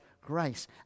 grace